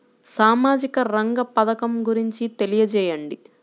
సామాజిక రంగ పథకం గురించి తెలియచేయండి?